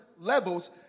levels